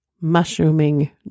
mushrooming